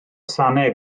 sanau